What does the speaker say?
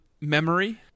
memory